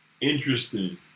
Interesting